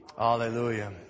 Hallelujah